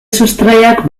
sustraiak